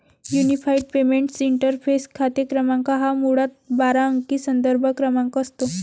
unified payments interface खाते क्रमांक हा मुळात बारा अंकी संदर्भ क्रमांक असतो